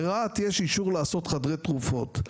ברהט יש אישור לעשות חדרי תרופות.